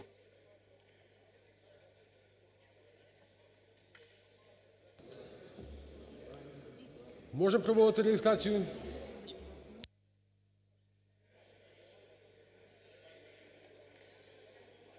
Можем проводити реєстрацію?